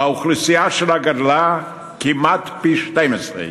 האוכלוסייה שלה גדלה כמעט פי-12,